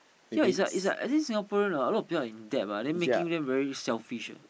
ya is like is like I think Singaporean ah a lot of people are in debt ah then making them very selfish eh